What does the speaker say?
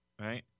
right